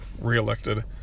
re-elected